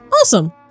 Awesome